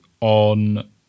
on